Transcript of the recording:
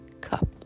cup